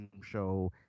show